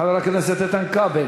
חבר הכנסת איתן כבל.